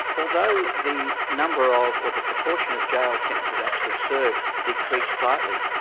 although the number of, or the proportion of jail sentences actually served decreased slightly,